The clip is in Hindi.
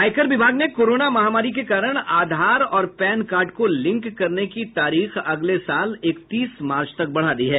आयकर विभाग ने कोरोना महामारी के कारण आधार और पैन कार्ड को लिंक करने की तारीख अगले साल इकतीस मार्च तक बढ़ा दी है